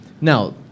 Now